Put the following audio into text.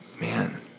Man